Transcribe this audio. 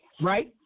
Right